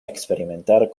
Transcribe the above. experimentar